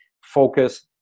focus